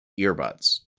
earbuds